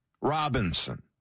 Robinson